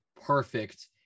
perfect